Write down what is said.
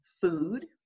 food